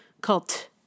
cult